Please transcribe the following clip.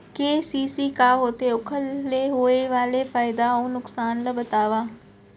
KCC का होथे, ओखर ले होय वाले फायदा अऊ नुकसान ला बतावव?